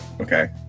Okay